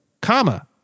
comma